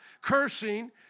cursing